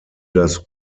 das